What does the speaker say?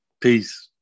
Peace